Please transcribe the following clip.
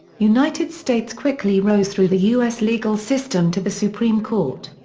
united states quickly rose through the u s. legal system to the supreme court.